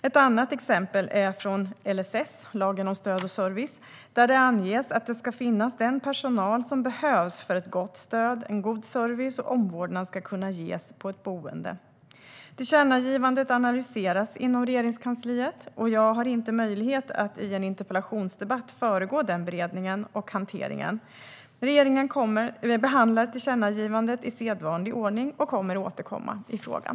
Ett annat exempel är från LSS, lagen om stöd och service, där det anges att det ska finnas den personal som behövs för att ett gott stöd, en god service och omvårdnad ska kunna ges på ett boende. Tillkännagivandet analyseras inom Regeringskansliet, och jag har inte möjlighet att i en interpellationsdebatt föregripa denna beredning och hantering. Regeringen behandlar tillkännagivandet i sedvanlig ordning och kommer att återkomma i frågan.